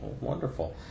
Wonderful